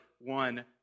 one